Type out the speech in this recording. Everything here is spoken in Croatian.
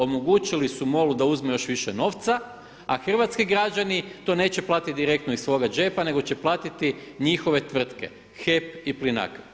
Omogućili su MOL-u da uzme još više novca, a hrvatski građani to neće platiti direktno iz svoga džepa nego će platiti njihove tvrtke HEP i Plinacro.